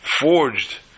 forged